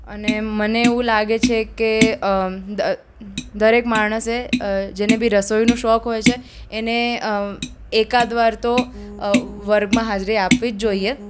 અને મને એવું લાગે છે કે દરેક માણસે જેને બી રસોઈનો શોખ હોય છે એને એકાદ વાર તો વર્ગમાં હાજરી આપવી જ જોઈએ